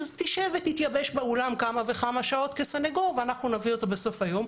תשב ותתייבש באולם כמה וכמה שעות כסניגור ואנחנו נביא אותו בסוף היום.